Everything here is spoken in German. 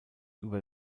über